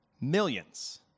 millions